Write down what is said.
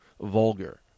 vulgar